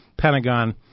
Pentagon